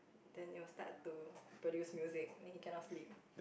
then it will start to produce music then he can not sleep